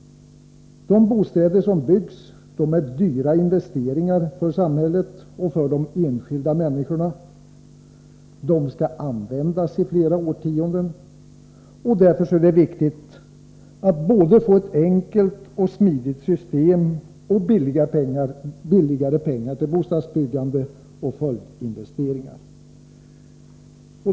De bostäder som byggs är dyra investeringar för samhället och för de enskilda människorna. De skall användas i flera årtionden. Därför är det viktigt att både få ett enkelt och smidigt system och billigare pengar till bostadsbyggande och följdinvesteringar.